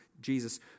Jesus